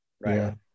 Right